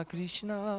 Krishna